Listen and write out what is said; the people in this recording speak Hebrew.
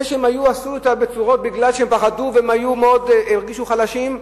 זה שעשו אותן בצורות כי הם פחדו והם הרגישו חלשים,